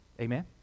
Amen